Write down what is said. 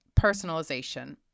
personalization